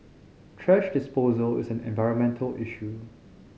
thrash disposal is an environmental issue